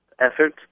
effort